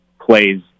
plays